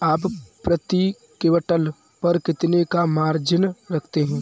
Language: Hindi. आप प्रति क्विंटल पर कितने का मार्जिन रखते हैं?